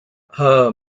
her